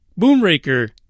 Boomraker